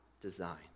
design